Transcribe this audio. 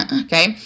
Okay